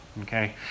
Okay